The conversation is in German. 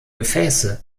gefäße